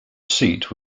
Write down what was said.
seat